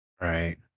right